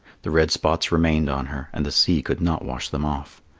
the red spots remained on her, and the sea could not wash them off.